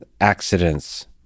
accidents